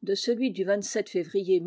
de celui du février